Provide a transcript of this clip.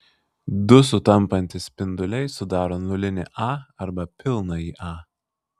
du sutampantys spinduliai sudaro nulinį a arba pilnąjį a